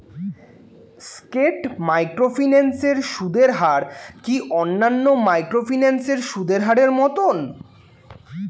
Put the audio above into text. স্কেট microfinance এর সুদের হার কি অন্যান্য মাইক্রোফিন্যান্স এর সুদের হারের মতন?